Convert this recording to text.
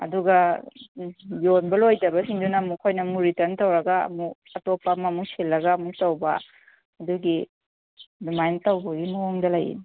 ꯑꯗꯨꯒ ꯌꯣꯟꯕ ꯂꯣꯏꯗꯕꯁꯤꯡꯗꯨꯅ ꯑꯃꯨꯛ ꯑꯩꯈꯣꯏꯅ ꯑꯃꯨꯛ ꯔꯤꯇ꯭ꯔꯟ ꯇꯧꯔꯒ ꯑꯃꯨꯛ ꯊꯥꯗꯣꯛꯄ ꯑꯃꯃꯨꯛ ꯁꯤꯜꯂꯒ ꯑꯃꯨꯛ ꯇꯧꯕ ꯑꯗꯨꯒꯤ ꯑꯗꯨꯃꯥꯏꯅ ꯇꯧꯕꯒꯤ ꯃꯑꯣꯡꯗ ꯂꯩ